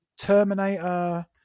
Terminator